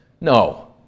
No